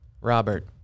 Robert